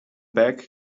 back